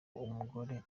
umugore